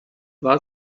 war